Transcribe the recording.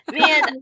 Man